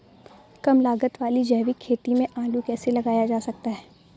कम लागत वाली जैविक खेती में आलू कैसे लगाया जा सकता है?